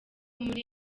muri